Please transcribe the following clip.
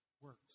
works